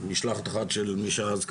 משלחת אחת של מי שהיה אז הקרפ"ר,